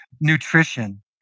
nutrition